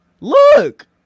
look